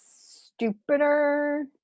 stupider